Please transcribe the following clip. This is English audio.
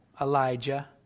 Elijah